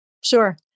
Sure